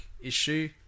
issue